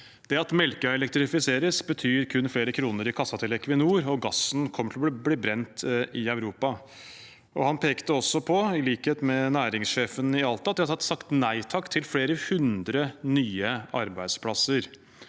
«Det at Melkøya elektrifiseres, betyr kun flere kroner i kassa til Equinor, og gassen kommer til å bli brent i Europa.» Han pekte også på, i likhet med næringssjefen i Alta, at de har sagt nei takk til flere hundre nye arbeidsplasser.